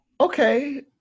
okay